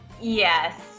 Yes